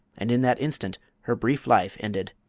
and in that instant her brief life ended.